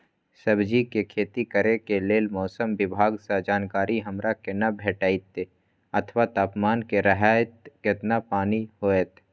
सब्जीके खेती करे के लेल मौसम विभाग सँ जानकारी हमरा केना भेटैत अथवा तापमान की रहैत केतना पानी होयत?